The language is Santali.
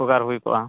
ᱩᱯᱚᱠᱟᱨ ᱦᱩᱭ ᱠᱚᱜᱼᱟ